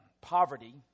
poverty